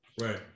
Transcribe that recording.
Right